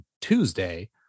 Tuesday